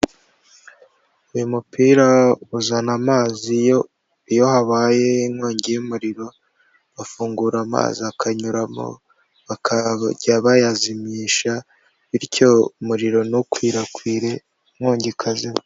Uyu mupira uzana amazi iyo habaye inkongi y'umuriro, bafungura amazi akanyuramo bakajya bayazimisha bityo umuriro ntukwirakwire inkongi ikazima.